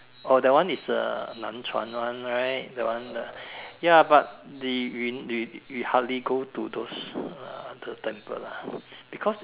oh that one is uh nan chuan one right that one the ya but the Yun we hardly go to those temple lah because